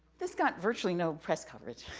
this got virtually no press coverage,